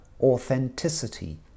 authenticity